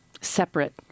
separate